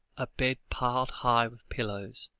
a bed piled high with pillows,